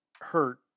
hurt